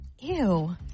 Ew